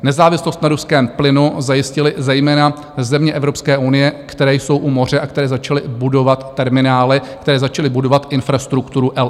Nezávislost na ruském plynu zajistily zejména země Evropské unie, které jsou u moře a které začaly budovat terminály, které začaly budovat infrastrukturu LNG.